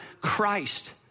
Christ